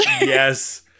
Yes